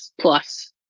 plus